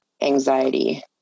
anxiety